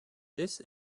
this